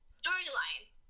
storylines